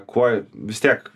kuo vis tiek